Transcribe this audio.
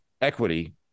equity